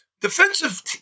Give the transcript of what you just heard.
defensive